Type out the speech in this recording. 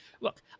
Look